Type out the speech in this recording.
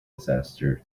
disaster